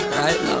right